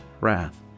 wrath